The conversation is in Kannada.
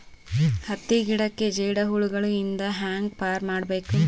ಹತ್ತಿ ಗಿಡಕ್ಕೆ ಜೇಡ ಹುಳಗಳು ಇಂದ ಹ್ಯಾಂಗ್ ಪಾರ್ ಮಾಡಬೇಕು?